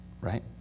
right